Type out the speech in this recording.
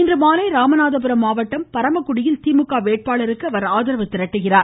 இன்றுமாலை ராமநாதபுரம் பரமக்குடியில் திமுக வேட்பாளருக்கு அவர் ஆதரவு திரட்டுகிறார்